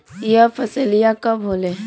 यह फसलिया कब होले?